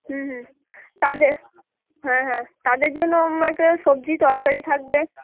হুম হুম তাদের হ্যাঁ হ্যাঁ তাদের জন্য সবজি তরকারি থাকবে